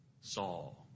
Saul